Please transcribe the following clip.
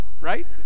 right